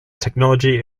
technology